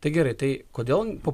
tai gerai tai kodėl po